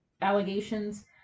allegations